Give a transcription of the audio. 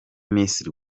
miss